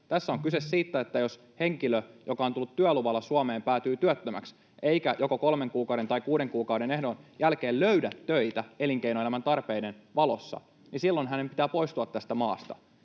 Tässä on kyse siitä, että jos henkilö, joka on tullut työluvalla Suomeen, päätyy työttömäksi eikä joko kolmen kuukauden tai kuuden kuukauden ehdon jälkeen löydä töitä elinkeinoelämän tarpeiden valossa, niin silloin hänen pitää poistua tästä maasta.